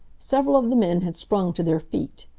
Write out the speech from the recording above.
several of the men had sprung to their feet.